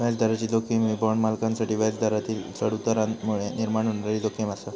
व्याजदराची जोखीम ही बाँड मालकांसाठी व्याजदरातील चढउतारांमुळे निर्माण होणारी जोखीम आसा